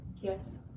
yes